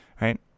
right